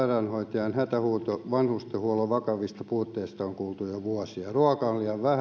sairaanhoitajien hätähuuto vanhustenhuollon vakavista puutteista on kuultu jo vuosia ruokaa on liian vähän